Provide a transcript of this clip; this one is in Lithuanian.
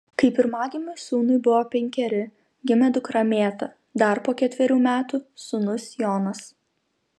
kai pirmagimiui sūnui buvo penkeri gimė dukra mėta dar po ketverių metų sūnus jonas